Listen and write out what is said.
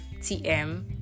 tm